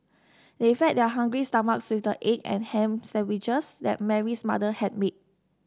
they fed their hungry stomachs with the egg and ham sandwiches that Mary's mother had made